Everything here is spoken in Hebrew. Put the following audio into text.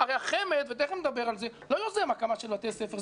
הרי החמ"ד לא יוזם הקמה של בתי ספר.